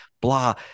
blah